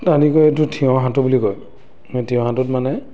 এইটো থিয় সাঁতোৰ বুলি কয় ম থিয় সাঁতোৰত মানে